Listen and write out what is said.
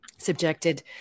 subjected